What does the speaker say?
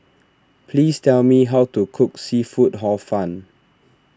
please tell me how to cook Seafood Hor Fun